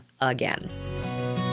again